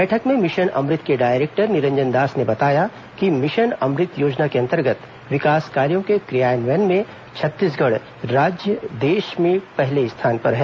बैठक में मिशन अमृत के डायरेक्टर निरंजन दास ने बताया कि मिशन अमृत योजना के अंतर्गत विकास कार्यो के क्रियान्वयन में छत्तीसगढ राज्य देश भर में पहले स्थान पर है